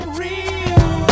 real